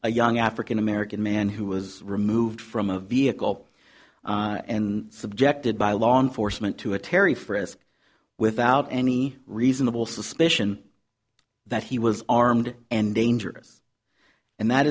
a young african american man who was removed from a vehicle and subjected by law enforcement to a terry frisk without any reasonable suspicion that he was armed and dangerous and that